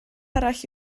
arall